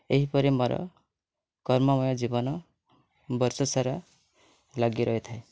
ଏହିପରି ମୋର କର୍ମମୟ ଜୀବନ ବର୍ଷ ସାରା ଲାଗି ରହିଥାଏ